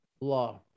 law